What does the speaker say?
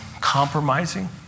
compromising